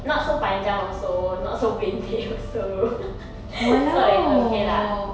not so panjang also not so pendek also so it's okay lah